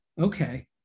okay